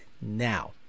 now